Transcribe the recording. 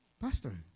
Pastor